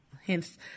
hence